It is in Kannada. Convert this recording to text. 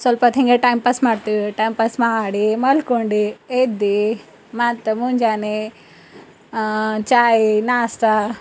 ಸ್ವಲ್ಪೊತ್ತು ಹೀಗೆ ಟೈಮ್ ಪಾಸ್ ಮಾಡ್ತೀವಿ ಟೈಮ್ ಪಾಸ್ ಮಾಡಿ ಮಲ್ಕೊಂಡು ಎದ್ದು ಮತ್ತು ಮುಂಜಾನೆ ಚಹಾ ನಾಷ್ಟ